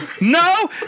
No